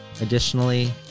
Additionally